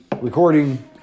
recording